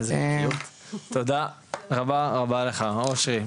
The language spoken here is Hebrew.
תודה רבה רבה לך אושרי,